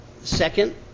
Second